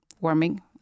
warming